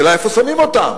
השאלה איפה שמים אותן